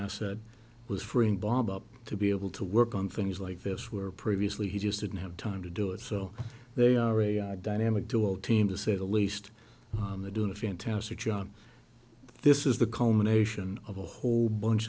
asset was freeing bob up to be able to work on things like this were previously he just didn't have time to do it so they are a dynamic duo team to say the least they're doing a fantastic job this is the culmination of a whole bunch